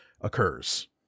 occurs